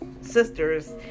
sisters